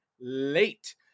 late